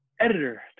editor